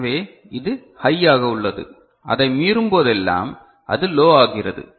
எனவே இது ஹை ஆக உள்ளது அதை மீறும் போதெல்லாம் அது லோ ஆகிறது